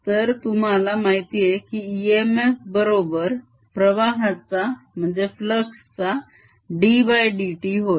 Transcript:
तर तुम्हाला माहितेय की इएमएफ बरोबर प्रवाहाचा चा ddt होय